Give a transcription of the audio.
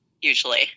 usually